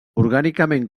orgànicament